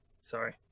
sorry